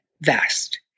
vast